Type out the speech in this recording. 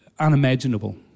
Unimaginable